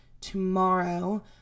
tomorrow